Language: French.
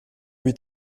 lui